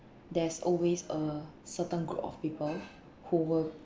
there's always a certain group of people who will